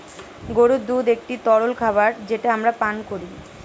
গরুর দুধ একটি তরল খাবার যেটা আমরা পান করি